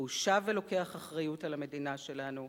והוא שב ולוקח אחריות על המדינה שלנו,